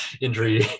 injury